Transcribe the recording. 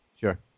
Sure